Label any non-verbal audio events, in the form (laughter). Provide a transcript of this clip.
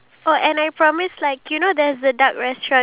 (breath) I have no idea man